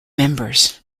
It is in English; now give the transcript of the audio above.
members